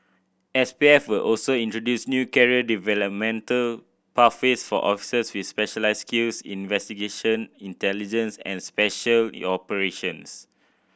S P F will also introduce new career developmental pathways for officers with specialised skills investigation intelligence and special operations